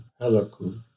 helaku